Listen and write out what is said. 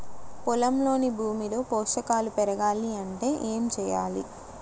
పొలంలోని భూమిలో పోషకాలు పెరగాలి అంటే ఏం చేయాలి?